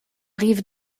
rive